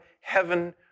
heaven